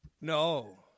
No